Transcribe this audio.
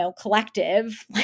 collective